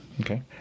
Okay